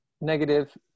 negative